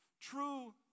True